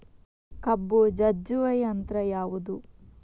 ಕಬ್ಬು ಜಜ್ಜುವ ಯಂತ್ರ ಯಾವುದು?